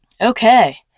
Okay